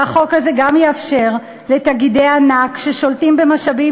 והחוק הזה גם יאפשר לתאגידי ענק ששולטים במשאבים